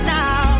now